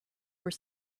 were